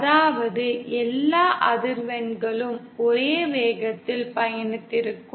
அதாவது எல்லா அதிர்வெண்களும் ஒரே வேகத்தில் பயணித்திருக்கும்